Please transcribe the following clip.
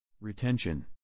Retention